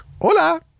hola